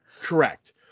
correct